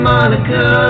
Monica